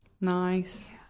Nice